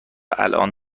الان